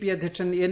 P അധ്യക്ഷൻ N